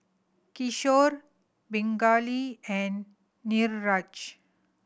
Kishore Pingali and Niraj